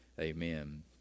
amen